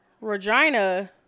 Regina